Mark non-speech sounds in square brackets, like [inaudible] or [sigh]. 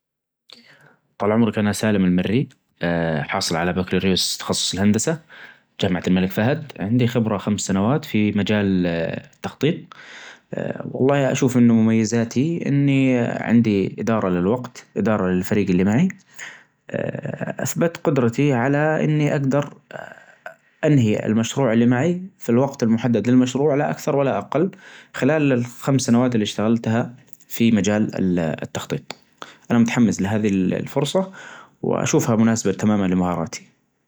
إيه يا طويل العمر، مع التقدم بالعمر، الحياة تصير أعقد شوي، لأن المسؤوليات تزيد، مثل الشغل، الأهل، والعيال [hesitation] بعد، القرارات تصير أكبر وأهم لكن بنفس الوقت [hesitation] الواحد يصير عنده خبرة وحكمة تساعده يواجه هالأمور يعني [hesitation] الحياة يمكن تصير أعقد، بس أنت تصير أقوى وأكثر فهم لها.